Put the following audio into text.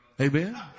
Amen